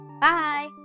Bye